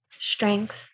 strength